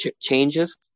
changes